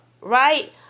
right